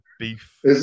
beef